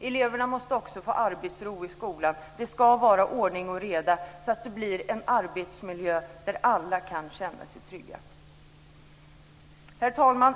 Eleverna måste också få arbetsro i skolan. Det ska vara ordning och reda så att det blir en arbetsmiljö där alla kan känna sig trygga. Herr talman!